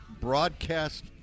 broadcast